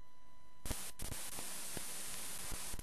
ראש ממשלת ישראל אינו יכול להשלים עם מצב שבו מדינת